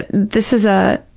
this is a,